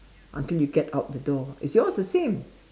until you get out the door it's yours the same